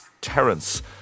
Terence